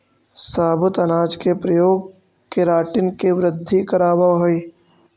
साबुत अनाज के प्रयोग केराटिन के वृद्धि करवावऽ हई